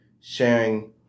sharing